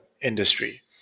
industry